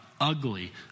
ugly